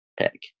pick